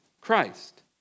Christ